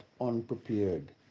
unprepared